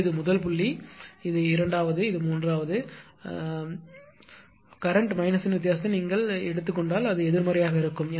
எனவே இது முதல் புள்ளி இது இரண்டாவது இது மூன்றாவது தற்போதைய மைனஸின் வித்தியாசத்தை நீங்கள் எடுத்துக் கொண்டால் அது எதிர்மறையாக இருக்கும்